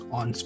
on